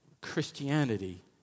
Christianity